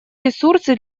ресурсы